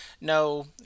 no